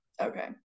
Okay